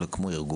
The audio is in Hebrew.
אלא כמו ארגון,